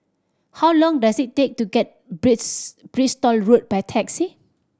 how long does it take to get Bristol Road by taxi